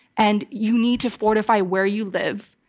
and you need to fortify where you live.